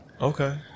Okay